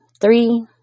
three